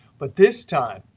but this time,